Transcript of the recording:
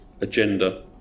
agenda